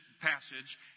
passage